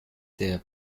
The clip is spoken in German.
der